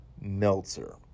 Meltzer